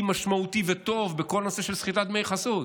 משמעותי וטוב לכל הנושא של סחיטת דמי חסות.